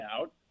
out